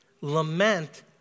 Lament